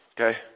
Okay